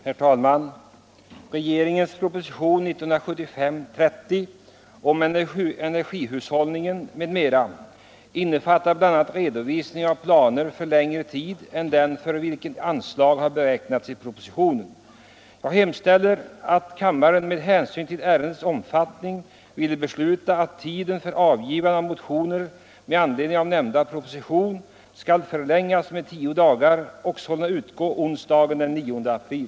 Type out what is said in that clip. Herr talman! Regeringens proposition 1975:30 om energihushållningen m.m. innefattar bl.a. redovisning av planer för längre tid än den för vilken anslag har beräknats i propositionen. Jag hemställer att kammaren med hänsyn till ärendets omfattning ville besluta att tiden för avgivande av motioner med anledning av nämnda proposition skall förlängas med tio dagar och sålunda utgå onsdagen den 9 april.